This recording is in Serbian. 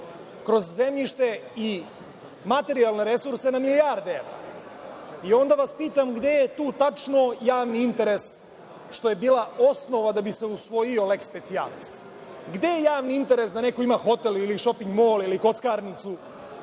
kroz zemljište i materijalne resurse na milijarde evra i onda pitam – gde je tu tačno javni interes, što je bila osnova da bi se usvojio lex specialis? Gde je javni interes da neko ima hotel ili šoping mol ili kockarnicu?